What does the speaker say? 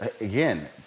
again